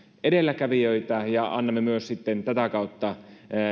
edelläkävijöitä ja annamme sitten myös tätä kautta